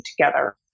together